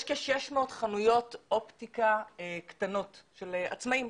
יש כ-600 חנויות אופטיקה קטנות של עצמאיים,